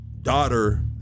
daughter